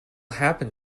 happen